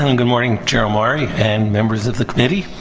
um good morning, chair omari and members of the committee.